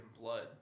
blood